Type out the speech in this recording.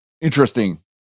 interesting